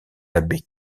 l’abbé